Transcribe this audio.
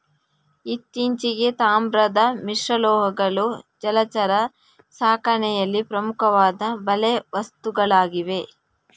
ಇತ್ತೀಚೆಗೆ, ತಾಮ್ರದ ಮಿಶ್ರಲೋಹಗಳು ಜಲಚರ ಸಾಕಣೆಯಲ್ಲಿ ಪ್ರಮುಖವಾದ ಬಲೆ ವಸ್ತುಗಳಾಗಿವೆ